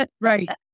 Right